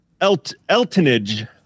Eltonage